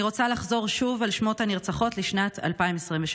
אני רוצה לחזור שוב על שמות הנרצחות לשנת 2023: